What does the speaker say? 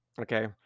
Okay